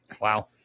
Wow